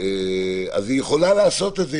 אז היא יכולה לעשות את זה,